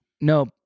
No